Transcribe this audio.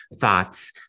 thoughts